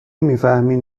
میفهمین